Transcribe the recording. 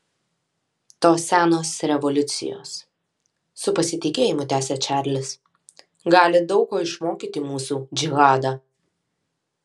tos senos revoliucijos su pasitikėjimu tęsia čarlis gali daug ko išmokyti mūsų džihadą